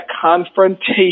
confrontation